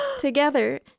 together